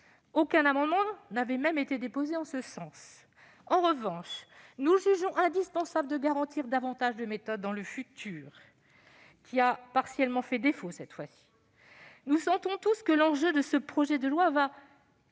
Aucun amendement n'avait même été déposé en ce sens. En revanche, nous jugeons indispensable de garantir, dans le futur, un surcroît de méthode, celle-ci ayant partiellement fait défaut cette fois-ci. Nous sentons tous que l'enjeu de ce projet de loi va